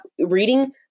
reading